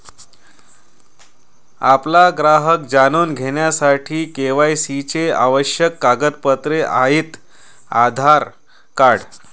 आपला ग्राहक जाणून घेण्यासाठी के.वाय.सी चे आवश्यक कागदपत्रे आहेत आधार कार्ड